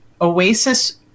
oasis